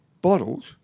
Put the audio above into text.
bottles